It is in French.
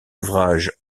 ouvrages